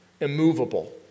immovable